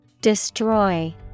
destroy